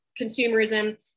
consumerism